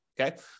Okay